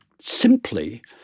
Simply